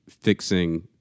fixing